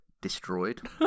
destroyed